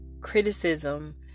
criticism